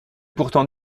pourtant